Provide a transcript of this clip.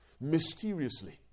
mysteriously